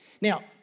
Now